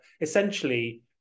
essentially